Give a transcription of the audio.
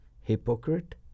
Hypocrite